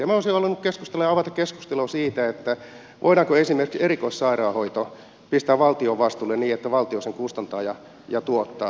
minä olisin halunnut keskustella ja avata keskustelua siitä voidaanko esimerkiksi erikoissairaanhoito pistää valtion vastuulle niin että valtio sen kustantaa ja tuottaa